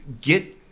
get